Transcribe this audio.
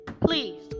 please